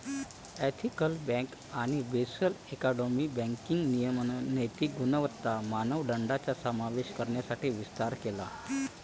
ethical bank आणि Basel एकॉर्डने banking नियमन नैतिक गुणवत्ता मानदंडांचा समावेश करण्यासाठी विस्तार केला